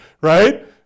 right